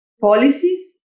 policies